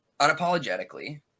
unapologetically